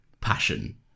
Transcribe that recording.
passion